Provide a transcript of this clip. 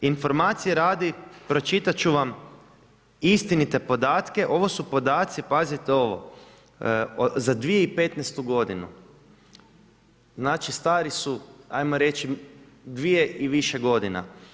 Informacije radi, pročitati ću vam istinite podatke, ovu su podaci, pazite ovo za 2015.g. Znači stari su, ajmo reći 2 i više godina.